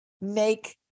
make